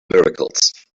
miracles